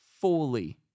fully